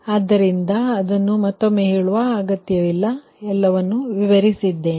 ಆದ್ದರಿಂದ ನೀವು ಈ ವಿಷಯವನ್ನು ಮತ್ತೊಮ್ಮೆ ಓದಬಹುದು ಆದರೆ ನಾನು ಎಲ್ಲವನ್ನೂ ವಿವರಿಸಿದ್ದೇನೆ